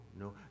no